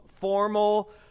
formal